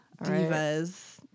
Divas